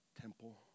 temple